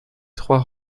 trois